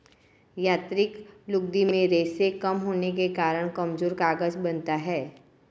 यांत्रिक लुगदी में रेशें कम होने के कारण कमजोर कागज बनता है